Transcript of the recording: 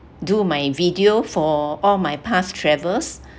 do my video for all my past travels